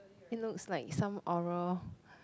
it looks like some oral